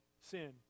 sin